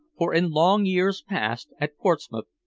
for in long years past, at portsmouth,